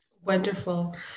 Wonderful